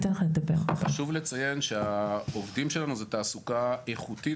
חשוב לציין שהעובדים שלנו זה תעסוקה איכותית